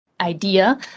idea